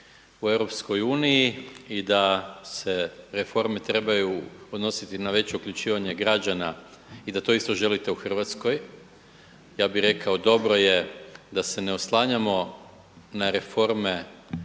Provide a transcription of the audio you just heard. za reforme u EU i da se reforme trebaju odnositi na veće uključivanje građana i da to isto želite u Hrvatskoj. Ja bih rekao dobro je da se ne oslanjamo na reforme